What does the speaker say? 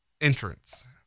entrance